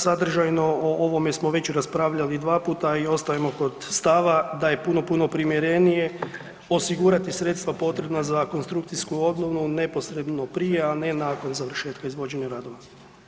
Sadržajno, o ovome smo već raspravljati dva puta i ostajemo kod stava da je puno, puno primjerenije osigurati sredstva potrebna za konstrukcijsku obnovu neposredno prije, a ne nakon završetka izvođenja radova.